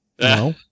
No